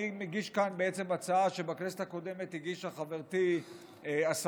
אני מגיש כאן בעצם הצעה שבכנסת הקודמת הגישה חברתי השרה